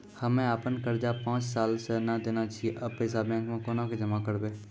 हम्मे आपन कर्जा पांच साल से न देने छी अब पैसा बैंक मे कोना के जमा करबै?